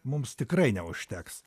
mums tikrai neužteks